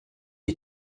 est